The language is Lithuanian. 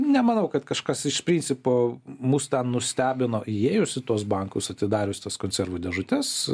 nemanau kad kažkas iš principo mus ten nustebino įėjus į tuos bankus atidarius tas konservų dėžutes